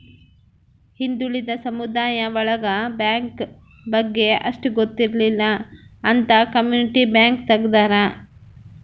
ಹಿಂದುಳಿದ ಸಮುದಾಯ ಒಳಗ ಬ್ಯಾಂಕ್ ಬಗ್ಗೆ ಅಷ್ಟ್ ಗೊತ್ತಿರಲ್ಲ ಅಂತ ಕಮ್ಯುನಿಟಿ ಬ್ಯಾಂಕ್ ತಗ್ದಾರ